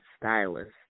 stylist